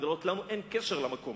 כדי להראות שלנו אין קשר למקום,